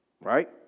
Right